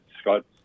Scott